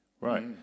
Right